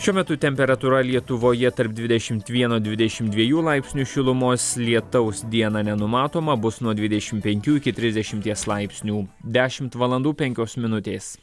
šiuo metu temperatūra lietuvoje tarp dvidešimt vieno dvidešimt dviejų laipsnių šilumos lietaus dieną nenumatoma bus nuo dvidešimt penkių iki trisdešimties laipsnių dešimt valandų penkios minutės